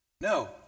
No